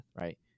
right